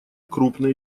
крупные